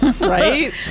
Right